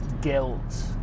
guilt